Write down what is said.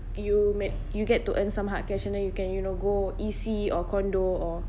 you ma~ you get to earn some hard cash and then you can you know go E_C or condo or